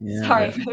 Sorry